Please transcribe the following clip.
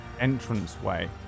entranceway